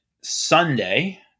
Sunday